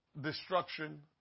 destruction